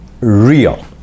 real